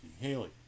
Haley